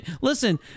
listen